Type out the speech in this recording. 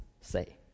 say